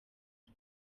cye